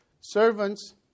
Servants